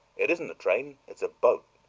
it isn't a train it's a boat.